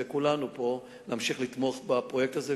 וכולנו פה נמשיך לתמוך בפרויקט הזה,